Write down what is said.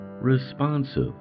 responsive